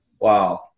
wow